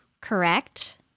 correct